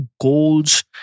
goals